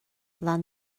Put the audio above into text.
leath